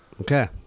Okay